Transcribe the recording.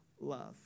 love